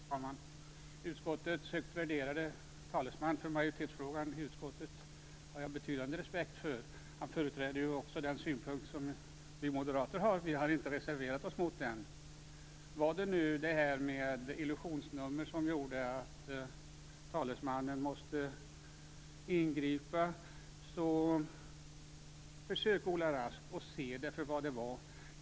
Herr talman! Utskottets högt värderade talesman för majoriteten har jag betydande respekt för. Han företräder också den synpunkt som vi moderater har. Vi har inte reserverat oss mot den. Var det talet om illusionsnummer som gjorde att talesmannen måste ingripa, vill jag säga: Försök, Ola Rask, att ta det för vad det var.